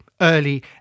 early